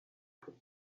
but